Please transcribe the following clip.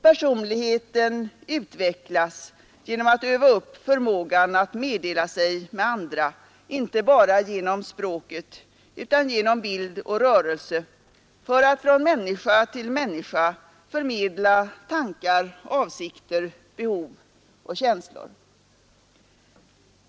Personligheten utvecklas genom att öva upp förmågan att meddela sig med andra inte bara genom språket utan genom bild och rörelse för att från människa till människa förmedla tankar, avsikter, behov, känslor.